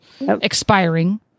expiring